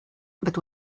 but